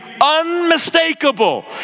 unmistakable